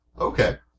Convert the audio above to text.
okay